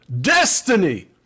Destiny